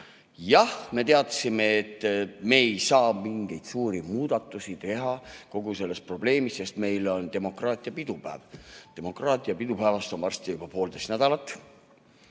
me teadsime, et me ei saa mingeid suuri muudatusi teha kogu selle probleemiga, sest meil on demokraatia pidupäev. Demokraatia pidupäevast on varsti juba poolteist nädalat.